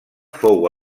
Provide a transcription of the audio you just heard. fou